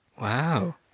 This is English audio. Wow